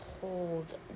hold